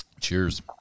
Cheers